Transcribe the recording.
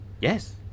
Yes